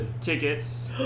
tickets